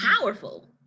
powerful